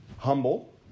Humble